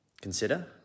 consider